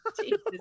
jesus